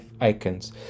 icons